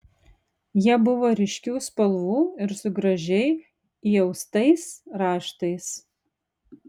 jie buvo ryškių spalvų ir su gražiai įaustais raštais